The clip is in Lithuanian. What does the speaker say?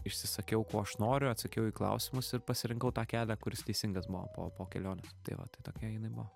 išsisakiau ko aš noriu atsakiau į klausimus ir pasirinkau tą kelią kuris teisingas buvo po po kelionės tai va tai tokia jinai buvo